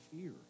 fear